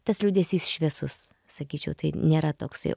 tas liūdesys šviesus sakyčiau tai nėra toksai